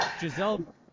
Giselle